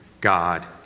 God